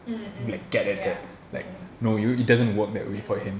mm mm ya okay mm